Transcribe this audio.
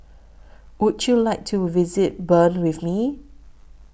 Would YOU like to visit Bern with Me